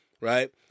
right